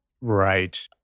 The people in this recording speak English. Right